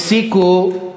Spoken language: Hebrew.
הפסיקו,